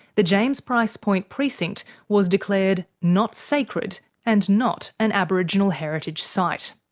the james price point precinct was declared not sacred and not an aboriginal heritage site.